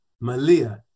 Malia